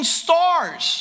stars